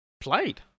played